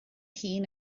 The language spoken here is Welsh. hun